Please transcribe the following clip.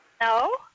No